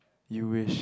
you wished